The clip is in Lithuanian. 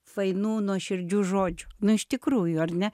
fainų nuoširdžių žodžių nu iš tikrųjų ar ne